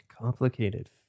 Complicated